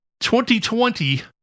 2020